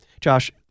josh